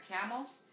camels